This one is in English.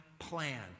plan